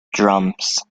drums